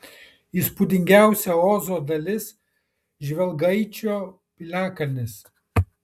įspūdingiausia ozo dalis žvelgaičio piliakalnis